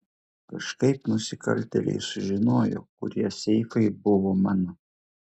kažkaip nusikaltėliai sužinojo kurie seifai buvo mano